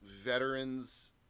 veterans